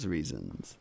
Reasons